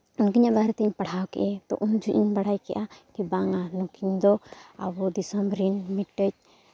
ᱩᱱᱠᱤᱱᱟᱜ ᱵᱟᱨᱮ ᱛᱤᱧ ᱯᱟᱲᱦᱟᱣ ᱠᱮᱜᱼᱟ ᱛᱳ ᱩᱱ ᱡᱚᱠᱷᱚᱱ ᱤᱧ ᱵᱟᱲᱟᱭ ᱠᱮᱫᱼᱟ ᱵᱟᱝᱟ ᱱᱩᱠᱤᱱ ᱫᱚ ᱟᱵᱚ ᱫᱤᱥᱚᱢ ᱨᱮᱱ ᱢᱤᱫᱴᱮᱱ